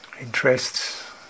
interests